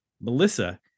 Melissa